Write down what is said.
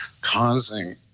causing